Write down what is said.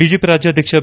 BJP ರಾಜ್ಯಾಧ್ಯಕ್ಷ B